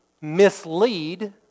mislead